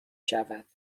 شود